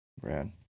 Brad